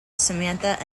samantha